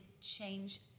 change